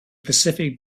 pacific